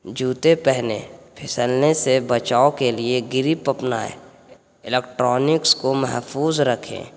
جوتے پہنیں پھسلنے سے بچاؤ کے لیے گر اپنائے الیکٹرانکس کو محفوظ رکھیں